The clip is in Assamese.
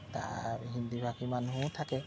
তাৰ হিন্দীভাষী মানুহো থাকে